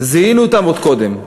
זיהינו אותם עוד קודם.